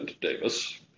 Davis